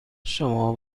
شما